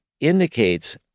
indicates